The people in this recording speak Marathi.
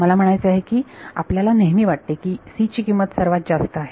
मला म्हणायचे आहे की आपल्याला नेहमी वाटते की c ची किंमत सर्वात जास्त आहे